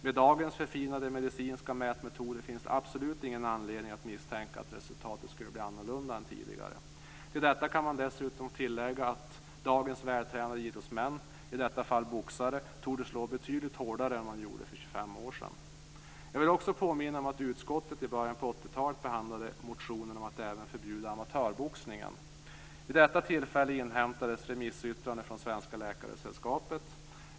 Med dagens förfinade medicinska mätmetoder finns det absolut ingen anledning att misstänka att resultatet skulle bli annorlunda än tidigare. Till det kan man dessutom lägga att dagens vältränade idrottsmän, i detta fall boxare, torde slå betydligt hårdare än vad de gjorde för 25 år sedan. Jag vill också påminna om att utskottet i början på 80-talet behandlade motioner om att även förbjuda amatörboxning. Vid detta tillfälle inhämtades remissyttrande från Svenska Läkaresällskapet.